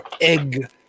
egg